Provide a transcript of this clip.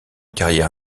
carrière